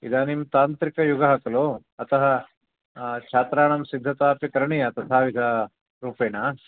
इदानीं तान्त्रिकयुगः खलु अतः छात्राणां सिद्धता अपि करणीया तथा रूपेण